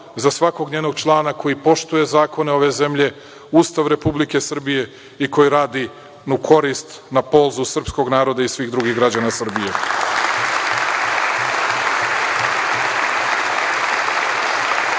za svakog njenog člana koji poštuje zakone ove zemlje, Ustav Republike Srbije i koji radi u korist na polzu srpskog naroda i svih drugih građana Srbije. Jedino